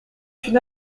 une